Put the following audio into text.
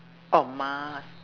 oh mask